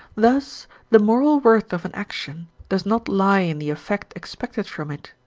thus the moral worth of an action does not lie in the effect expected from it,